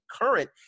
current